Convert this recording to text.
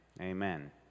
Amen